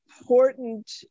important